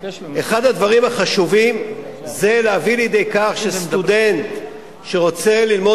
אחד הדברים החשובים זה להביא לידי כך שסטודנט שרוצה ללמוד